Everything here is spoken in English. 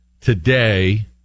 today